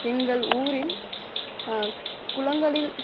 எங்கள் ஊரில் குளங்களில்